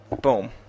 boom